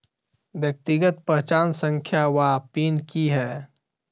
व्यक्तिगत पहचान संख्या वा पिन की है?